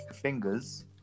Fingers